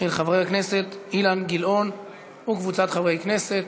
של חבר הכנסת אילן גילאון וקבוצת חברי הכנסת.